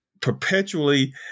perpetually